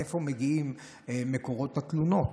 מאיפה מגיעים מקורות התלונות?